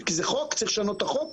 כי זה חוק, צריך לשנות את החוק?